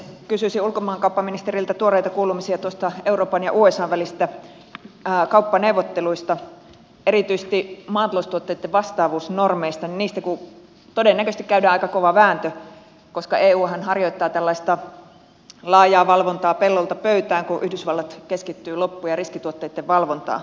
kysyisin ulkomaankauppaministeriltä tuoreita kuulumisia euroopan ja usan välisistä kauppaneuvotteluista erityisesti maataloustuotteitten vastaavuusnormeista niistä kun todennäköisesti käydään aika kova vääntö koska euhan harjoittaa tällaista laajaa valvontaa pellolta pöytään kun yhdysvallat keskittyy loppu ja riskituotteitten valvontaan